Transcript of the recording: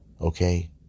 Okay